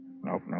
Nope